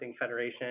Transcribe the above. Federation